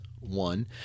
One